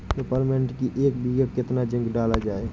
Peppermint की एक बीघा कितना जिंक डाला जाए?